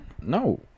No